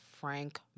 Frank